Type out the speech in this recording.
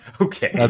Okay